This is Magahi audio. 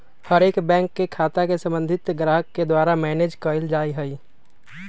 हर एक बैंक के खाता के सम्बन्धित ग्राहक के द्वारा मैनेज कइल जा हई